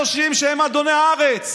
בגלל שככה, הם חושבים שהם אדוני הארץ,